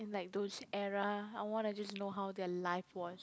in like those era I wanna just know how their life was